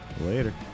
later